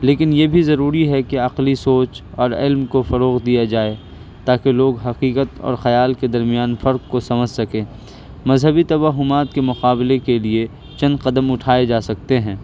لیکن یہ بھی ضروری ہے کہ عقلی سوچ اور علم کو فروغ دیا جائے تاکہ لوگ حقیقت اور خیال کے درمیان فرق کو سمجھ سکیں مذہبی توہمات کے مقابلے کے لیے چند قدم اٹھائے جا سکتے ہیں